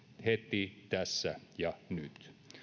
heti tässä ja nyt